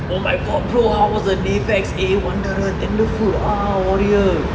oh my god bro how was the navex eh wanderer tenderfoot ah warrior